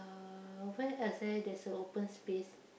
uh where else eh there's a open space